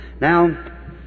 Now